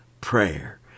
prayer